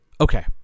Okay